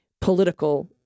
political